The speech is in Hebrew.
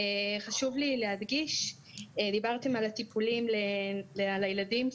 חשוב לי להדגיש, דיברתם על הטיפולים לילדים.